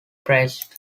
praised